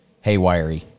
haywire